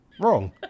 Wrong